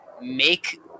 make